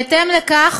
בהתאם לכך,